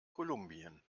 kolumbien